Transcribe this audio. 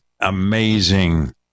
amazing